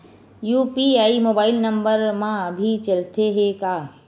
UPI mobile number मा भी चलते हे का?